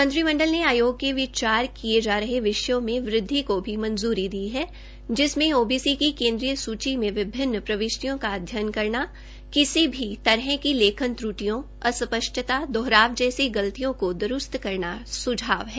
मंत्रिमंडल ने आयोग के विचार किये गये जा हरे विषयों को भी मंजूरी दी है जिसमे ओबीसी की केन्द्रीय स्ची में विभिन्न प्रवृष्टियों का अध्ययन करना किसी भी तक की लेखन त्रुटियों अस्पष्टता दोहराव जैसी गलतियों को दुरूस्त करने का सुझाव है